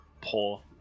poor